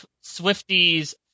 swifty's